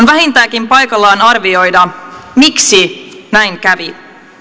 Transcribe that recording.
vähintäänkin paikallaan arvioida miksi näin kävi